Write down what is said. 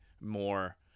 more